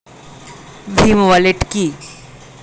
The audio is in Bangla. ভীম ওয়ালেট কি?